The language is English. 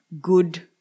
good